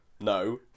no